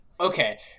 okay